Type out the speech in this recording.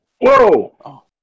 Whoa